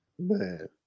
Man